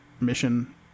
mission